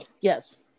Yes